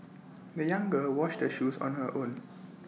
the young girl washed her shoes on her own